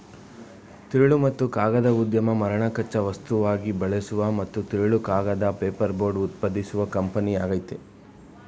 ತಿರುಳು ಮತ್ತು ಕಾಗದ ಉದ್ಯಮ ಮರನ ಕಚ್ಚಾ ವಸ್ತುವಾಗಿ ಬಳಸುವ ಮತ್ತು ತಿರುಳು ಕಾಗದ ಪೇಪರ್ಬೋರ್ಡ್ ಉತ್ಪಾದಿಸುವ ಕಂಪನಿಯಾಗಯ್ತೆ